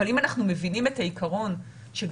אבל אם אנחנו מבינים את העיקרון שגם